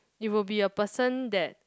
it will be a person that